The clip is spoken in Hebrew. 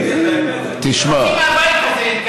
בתואר הזה.